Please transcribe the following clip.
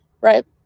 Right